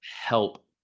help